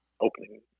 opening